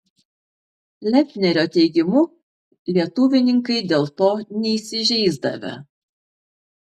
lepnerio teigimu lietuvininkai dėl to neįsižeisdavę